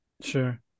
Sure